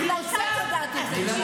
בגלל שאת יודעת את זה.